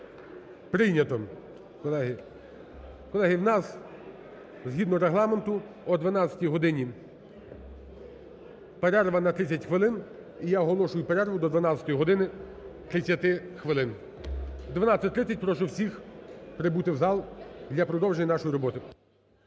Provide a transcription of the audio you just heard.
прийнято, колеги. Колеги, у нас згідно Регламенту о 12 годині перерва на 30 хвилин. І я оголошую перерву до 12 години 30 хвилин. О 12.30 прошу всіх прибути в зал для продовження нашої роботи.